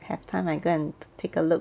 have time I go and take a look